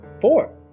four